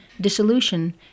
dissolution